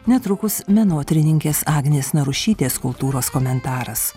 netrukus menotyrininkės agnės narušytės kultūros komentaras